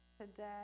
today